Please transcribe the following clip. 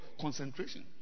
concentration